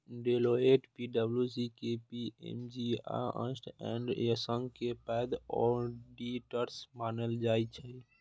Deloitte, पी.डब्ल्यू.सी, KPMG आ Ernst and Young कें पैघ ऑडिटर्स मानल जाइ छै